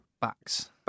Backs